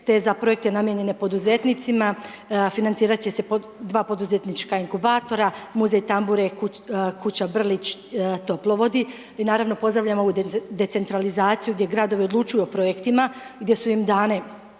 te za projekte namijenjene poduzetnicima, financirati će se dva poduzetnička inkubatora, Muzej tambure i Kuća Brlić, Toplo vodi i naravno, pozdravljamo ovu decentralizaciju gdje gradovi odlučuju o projektima, gdje su im dane